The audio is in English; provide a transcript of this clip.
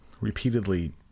repeatedly